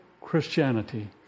Christianity